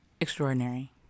extraordinary